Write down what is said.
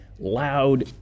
loud